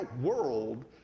world